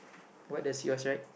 what does your right